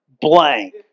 blank